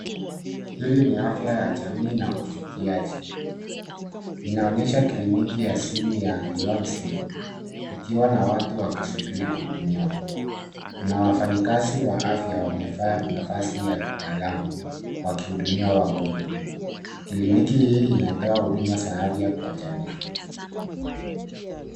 Hili ni afya ya jamii na ufikiaji. Inaonyesha kliniki ya simu ya Beyond Zero , ikiwa na watu wakisubiri kuhudumiwa. Kuna wafanyikazi wa afya wamevaa mavazi ya kitaalamu wakihudumia wagonjwa. Kliniki hii inatoa huduma za afya kwa jamii.